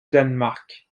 danemark